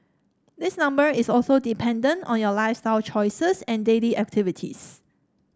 this number is also dependent on your lifestyle choices and daily activities